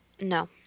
No